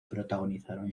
protagonizaron